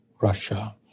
Russia